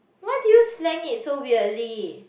why did you slang it so weirdly